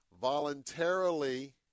voluntarily